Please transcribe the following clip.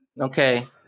Okay